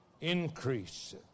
increase